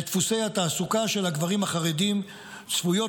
לדפוסי התעסוקה של הגברים החרדים צפויות